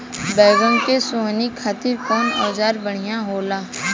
बैगन के सोहनी खातिर कौन औजार बढ़िया होला?